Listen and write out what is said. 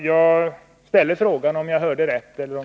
Jag ställer frågan om jag hörde rätt eller fel.